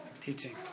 teaching